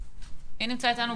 מירה,